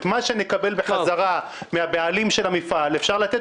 את מה שנקבל בחזרה מן הבעלים של המפעל אפשר לתת